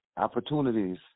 opportunities